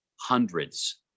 hundreds